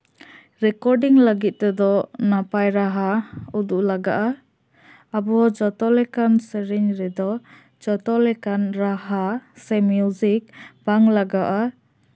recording ᱞᱟᱹᱜᱤᱫ ᱛᱮᱫᱚ ᱱᱟᱯᱟᱭ ᱨᱟᱦᱟ ᱩᱫᱩᱜ ᱞᱟᱜᱟᱜᱼᱟ ᱟᱵᱚ ᱡᱚᱛᱚ ᱞᱮᱠᱟᱱ ᱥᱮᱨᱮᱧ ᱨᱮᱫᱚ ᱡᱚᱛᱚ ᱞᱮᱠᱟᱱ ᱨᱟᱦᱟ ᱥᱮ ᱢᱤᱭᱩᱡᱤᱠ ᱵᱟᱝ ᱞᱟᱜᱟᱜᱼᱟ